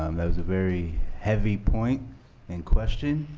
um that was a very heavy point and question.